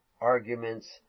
arguments